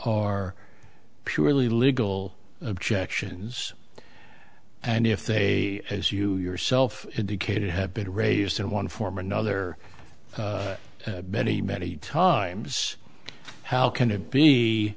are purely legal objections and if they as you yourself indicated have been raised in one form or another many many times how can it be